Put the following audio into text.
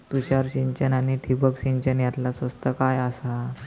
तुषार सिंचन आनी ठिबक सिंचन यातला स्वस्त काय आसा?